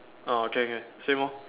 ah okay okay same lor